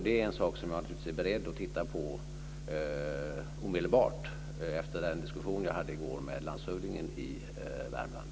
Det är en sak som jag naturligtvis är beredd att titta på omedelbart efter den diskussion som jag hade i går med landshövdingen i Värmland.